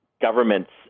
governments